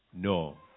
No